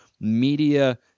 media